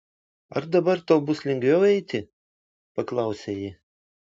ar dabar tau bus lengviau eiti paklausė ji